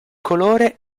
colore